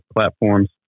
platforms